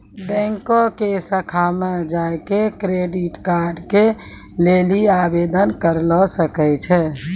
बैंको के शाखा मे जाय के क्रेडिट कार्ड के लेली आवेदन करे सकै छो